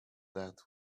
that